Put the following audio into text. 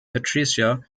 patricia